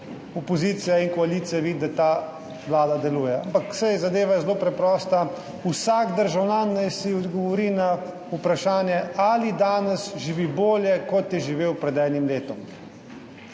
opozicija in koalicija vidita, da ta vlada deluje. Ampak saj zadeva je zelo preprosta, vsak državljan naj si odgovori na vprašanje, ali danes živi bolje, kot je živel pred enim letom.